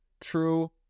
True